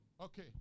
okay